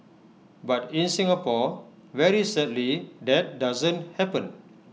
but in Singapore very sadly that doesn't happen